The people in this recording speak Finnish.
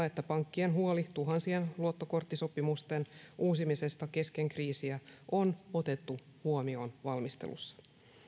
että pankkien huoli tuhansien luottokorttisopimusten uusimisesta kesken kriisiä on otettu huomioon valmistelussa